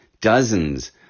dozens